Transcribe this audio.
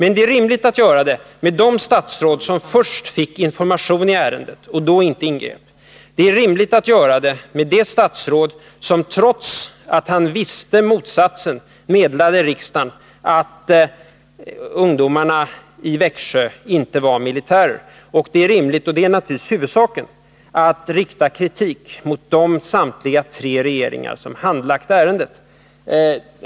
Men det är rimligt att göra Nr 145 det när det gäller de statsråd som först fick information i ärendet och inte ingrep. Det är rimligt att göra det när det gäller det statsråd som trots att han visste bättre meddelade riksdagen att ungdomarna i Växjö inte var militärer. Det är rimligt — och det är naturligtvis huvudsaken — att rikta kritik mot samtliga de tre regeringar som handlagt ärendet.